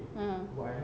ah